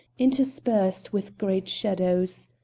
interspersed with great shadows.